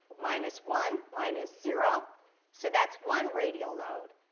minus one, minus zero so that's one radial node.